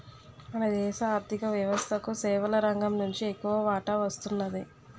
మన దేశ ఆర్ధిక వ్యవస్థకు సేవల రంగం నుంచి ఎక్కువ వాటా వస్తున్నది